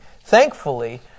thankfully